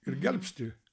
ir gelbsti